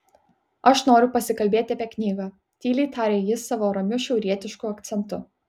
aš noriu pasikalbėti apie knygą tyliai taria jis savo ramiu šiaurietišku akcentu